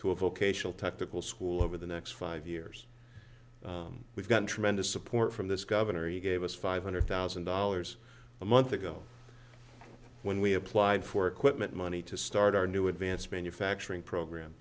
to a vocational technical school over the next five years we've got tremendous support from this governor he gave us five hundred thousand dollars a month ago when we applied for equipment money to start our new advanced manufacturing program